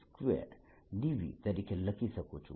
VV V2dV તરીકે લખી શકું છું